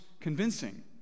convincing